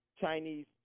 Chinese